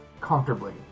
comfortably